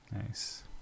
Nice